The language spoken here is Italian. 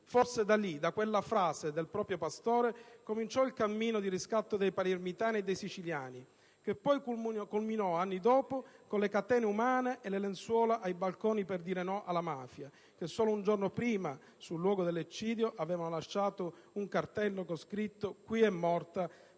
Forse da lì, da quella frase del proprio pastore, cominciò il cammino di riscatto dei palermitani e dei siciliani (che poi culminò anni dopo con le catene umane e le lenzuola ai balconi per dire no alla mafia), che solo un giorno prima, sul luogo dell'eccidio, avevano lasciato un cartello con scritto: «Qui è morta